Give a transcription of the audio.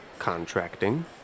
contracting